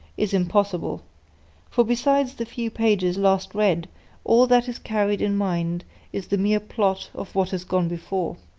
is impossible for besides the few pages last read all that is carried in mind is the mere plot of what has gone before.